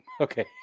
Okay